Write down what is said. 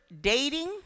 dating